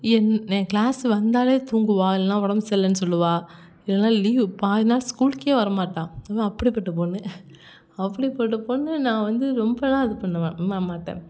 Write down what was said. என் என் க்ளாஸ் வந்தாலே தூங்குவாள் இல்லைன்னா உடம்பு சரி இல்லைன்னு சொல்லுவாள் இல்லைன்னா லீவு பாதி நாள் ஸ்கூலுக்கே வர மாட்டாள் அவள் அப்படிப்பட்ட பொண்ணு அப்படிப்பட்ட பொண்ணு நான் வந்து ரொம்பலா இது பண்ணுவேன் நான் மாட்டேன்